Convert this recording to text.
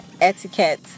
etiquette